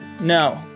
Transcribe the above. No